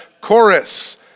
chorus